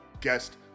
guest